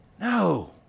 No